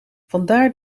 vandaar